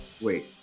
wait